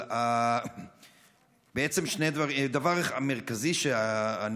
אבל בעצם שני דברים: הדבר המרכזי שאני